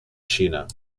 xina